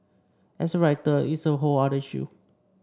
as a writer it's a whole other issue